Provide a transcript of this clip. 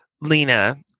Lena